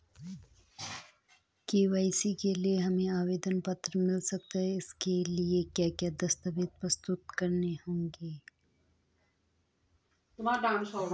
KCC के लिए हमें आवेदन पत्र मिल सकता है इसके लिए हमें क्या क्या दस्तावेज़ प्रस्तुत करने होंगे?